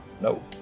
No